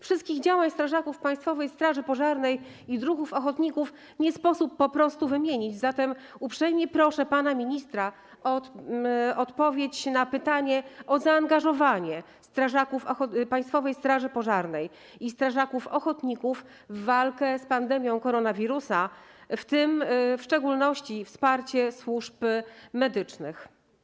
Wszystkich działań strażaków Państwowej Straży Pożarnej i druhów ochotników nie sposób po prostu wymienić, zatem uprzejmie proszę pana ministra o odpowiedź na pytanie o zaangażowanie strażaków Państwowej Straży Pożarnej i strażaków ochotników w walkę z pandemią koronawirusa, w tym w szczególności wsparcie służb medycznych.